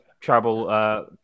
travel